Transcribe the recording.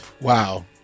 Wow